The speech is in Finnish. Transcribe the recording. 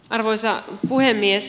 arvoisa puhemies